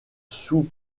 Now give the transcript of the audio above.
sous